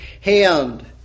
hand